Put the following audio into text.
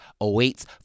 awaits